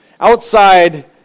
Outside